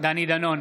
דני דנון,